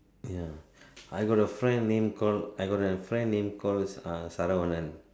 ya I got a friend name called I got a friend name called Saravanan